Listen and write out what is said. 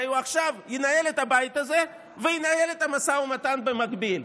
הרי הוא עכשיו ינהל את הבית הזה וינהל את המשא ומתן במקביל,